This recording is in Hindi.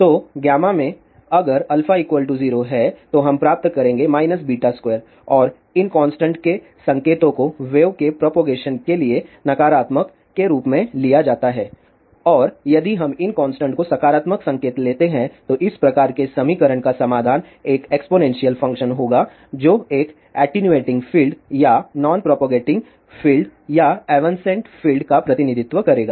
तो में अगर α 0 है तो हम प्राप्त करेंगे β2 और इन कांस्टेंट के संकेतों को वेव के प्रोपगेशन के लिए नकारात्मक के रूप में लिया जाता है और यदि हम इन कांस्टेंट के सकारात्मक संकेत लेते हैं तो इस प्रकार के समीकरण का समाधान एक एक्सपोनेंशियल फंक्शन होगा जो एक एटीन्यूएटिंग फील्ड या नॉन प्रोपगेटिंग फील्ड या एवन्सेण्ट फील्ड का प्रतिनिधित्व करेगा